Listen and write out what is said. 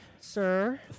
sir